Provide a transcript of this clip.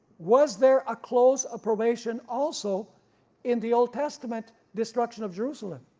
was there a close of probation also in the old testament destruction of jerusalem?